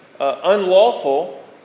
unlawful